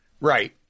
Right